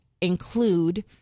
include